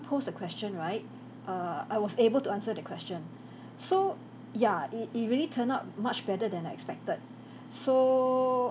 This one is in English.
pose a question right err I was able to answer the question so ya it it really turned out much better than I expected so